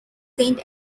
saint